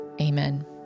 Amen